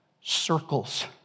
circles